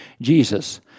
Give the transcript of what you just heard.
Jesus